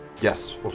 Yes